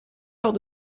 lors